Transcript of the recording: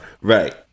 Right